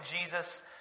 Jesus